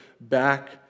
back